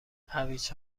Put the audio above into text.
هویج